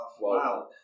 Wow